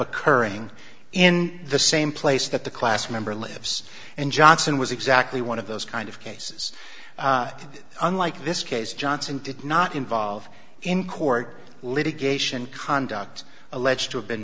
occurring in the same place that the class member lives and johnson was exactly one of those kind of cases unlike this case johnson did not involve in court litigation conduct alleged